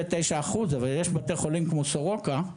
אבל יש בתי חולים כמו סורוקה.